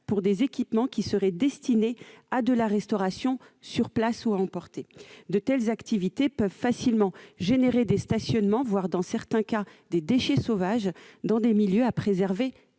à des équipements qui seraient destinés à de la restauration sur place ou à emporter. De telles activités peuvent facilement générer des stationnements, voire, dans certains cas, des dépôts sauvages de déchets, dans des milieux à préserver